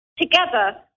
Together